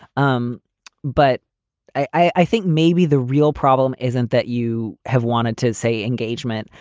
um but i think maybe the real problem isn't that you have wanted to say engagement.